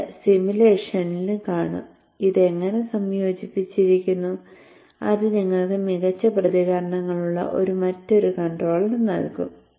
ഇത് സിമുലേഷനിലും കാണും ഇത് എങ്ങനെ സംയോജിപ്പിച്ചിരിക്കുന്നു അത് നിങ്ങൾക്ക് മികച്ച പ്രതികരണങ്ങളുള്ള ഒരു മറ്റൊരു കൺട്രോളർ നൽകും